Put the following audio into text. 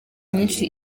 myinshi